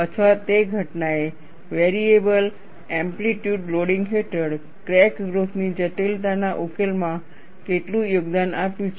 અથવા તે ઘટનાએ વેરિયેબલ એમ્પલિટયૂડ લોડિંગ હેઠળ ક્રેક ગ્રોથ ની જટિલતાના ઉકેલમાં કેટલું યોગદાન આપ્યું છે